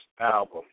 Album